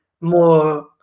more